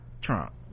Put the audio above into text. trump